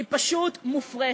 היא פשוט מופרכת.